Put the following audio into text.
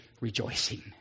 rejoicing